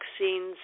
vaccines